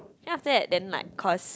then after that then like cause